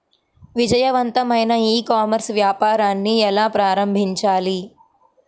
విజయవంతమైన e commerce వ్యాపారాన్ని ఎలా ప్రారంభించాలి?